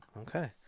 Okay